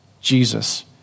Jesus